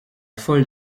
folle